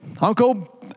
Uncle